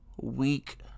Week